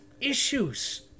issues